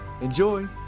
enjoy